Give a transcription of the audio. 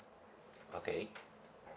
okay